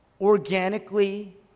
organically